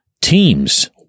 teams